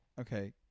okay